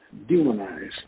demonize